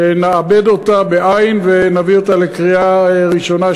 ונעבד אותה ונביא אותה לקריאה ראשונה,